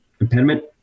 impediment